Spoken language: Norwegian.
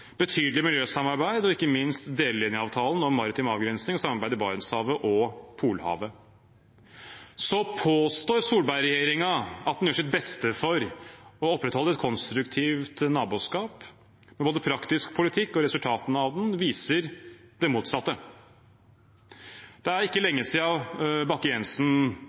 betydelig miljøsamarbeid og ikke minst delelinjeavtalen om maritim avgrensning og samarbeidet i Barentshavet og Polhavet. Så påstår Solberg-regjeringen at den gjør sitt beste for å opprettholde et konstruktivt naboskap, men både praktisk politikk og resultatene av den viser det motsatte. Det er ikke lenge